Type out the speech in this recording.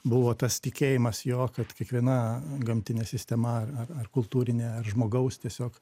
buvo tas tikėjimas jo kad kiekviena gamtinė sistema ar ar ar kultūrinė ar žmogaus tiesiog